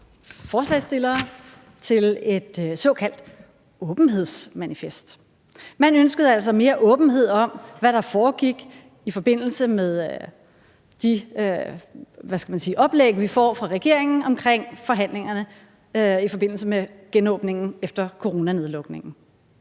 forslagsstillere på et såkaldt åbenhedsmanifest. Man ønskede altså mere åbenhed om, hvad der foregik i forbindelse med, hvad skal man sige, de oplæg, vi får fra regeringen om forhandlingerne i forbindelse med genåbningen efter coronanedlukningen.